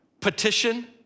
petition